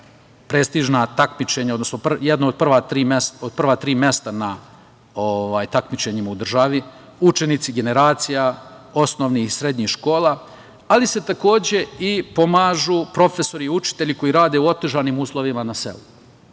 prestižna takmičenja, odnosno jedna od prva tri mesta na takmičenjima u državi, učenici generacija, osnovnih i srednjih škola, ali se takođe i pomažu profesori i učitelji koji rade u otežanim uslovima na selu.